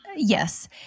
Yes